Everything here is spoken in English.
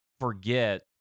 forget